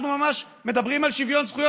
אנחנו ממש מדברים על שוויון זכויות.